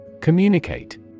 Communicate